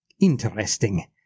Interesting